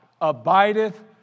abideth